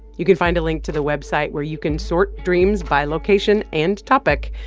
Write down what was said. you can find a link to the website, where you can sort dreams by location and topic,